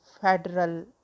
federal